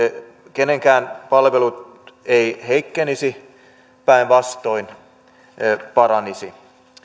kenenkään palvelut eivät heikkenisi päinvastoin paranisivat